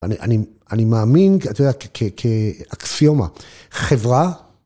אני מאמין, כי את יודעת, כאקסיומה, חברה...